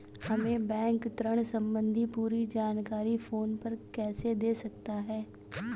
हमें बैंक ऋण संबंधी पूरी जानकारी फोन पर कैसे दे सकता है?